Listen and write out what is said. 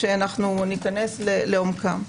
כשניכנס לעומקם.